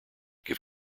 give